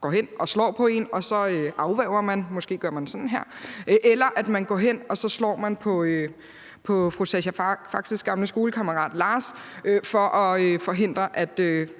går hen og slår på en, og at så afværger man, og at man går hen og slår på fru Sascha Faxes gamle skolekammerat Lars for at forhindre, at